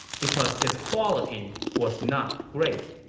because his quality was not great.